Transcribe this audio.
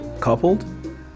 coupled